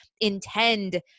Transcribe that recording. intend